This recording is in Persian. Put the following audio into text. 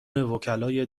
وکلای